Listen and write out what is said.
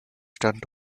returned